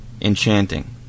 Enchanting